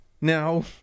now